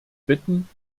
bitten